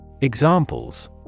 Examples